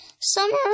Summer